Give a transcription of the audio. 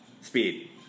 speed